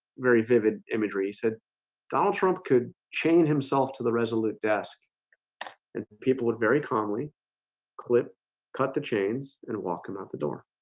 very vivid imagery. he said donald trump could chain himself to the resolute desk and people would very calmly clip cut the chains and walk him out the door